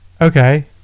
Okay